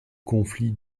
conflits